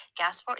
Gasport